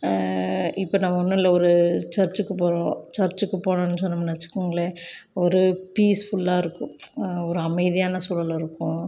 இப்போ நம்ம ஒன்றும் இல்லை ஒரு சர்ச்சுக்கு போகிறோம் சர்ச்சுக்கு போனோம்னு சொன்னோம்னு வச்சுக்கோங்களேன் ஒரு பீஸ்ஃபுல்லாக இருக்கும் ஒரு அமைதியான சூழல் இருக்கும்